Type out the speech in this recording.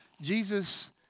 Jesus